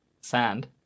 sand